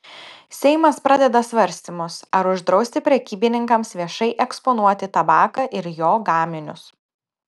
seimas pradeda svarstymus ar uždrausti prekybininkams viešai eksponuoti tabaką ir jo gaminius